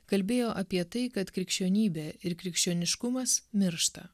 kalbėjo apie tai kad krikščionybė ir krikščioniškumas miršta